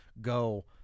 go